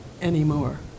anymore